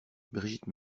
brigitte